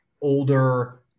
older